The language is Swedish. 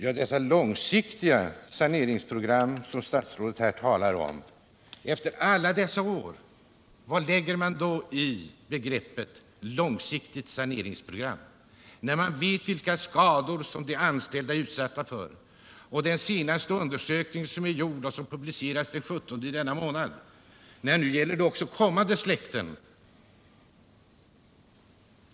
Herr talman! Efter alla dessa år talar statsrådet här om långsiktiga saneringsprogram. Vad lägger man då in i begreppet långsiktigt saneringsprogram, när man vet vilka skador som de anställda drabbas av? Den senaste undersökningen publicerades ju den 17 i denna månad. Nej, nu gäller det också kommande släkten.